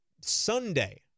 Sunday